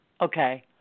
Okay